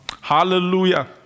Hallelujah